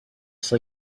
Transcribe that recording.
for